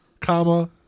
comma